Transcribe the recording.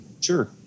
sure